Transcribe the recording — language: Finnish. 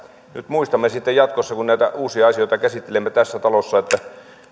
nyt muistamme sitten jatkossa kun näitä uusia asioita käsittelemme tässä talossa